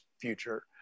future